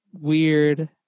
weird